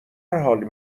حال